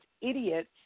idiots